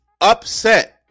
upset